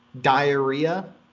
diarrhea